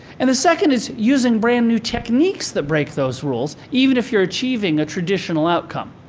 and the second is using brand new techniques that break those rules, even if you're achieving a traditional outcome.